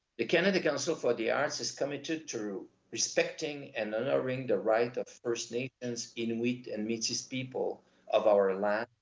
the canada council for the arts is committed to respecting and honoring the right of first nations, inuit and metis people of our land,